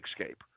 escape